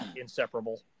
inseparable